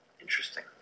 Interesting